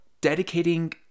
dedicating